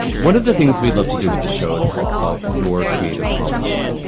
one of the things we'd love to do with the show is help solve your creative problems,